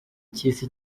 cy’isi